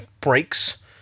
breaks